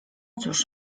cóż